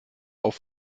auf